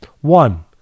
One